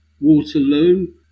Waterloo